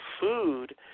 food